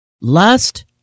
lust